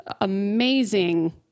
amazing